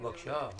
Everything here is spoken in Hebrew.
בבקשה.